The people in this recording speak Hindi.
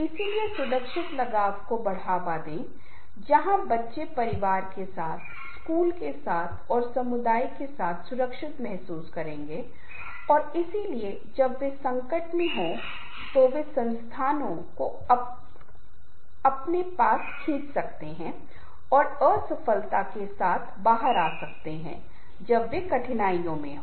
इसलिए सुरक्षित लगाव को बढ़ावा दें जहां बच्चे परिवार के साथ स्कूल के साथ और समुदाय के साथ सुरक्षित महसूस करेंगे और इसीलिए जब वे संकट में हों तो वे संसाधनों को अपने पास खींच सकते हैं और सफलता के साथ बाहर आ सकते हैं जब वे कठिनाइयाँ मे हों